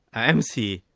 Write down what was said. mc,